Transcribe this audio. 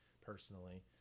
personally